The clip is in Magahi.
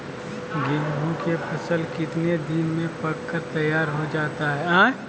गेंहू के फसल कितने दिन में पक कर तैयार हो जाता है